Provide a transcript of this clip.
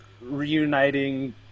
reuniting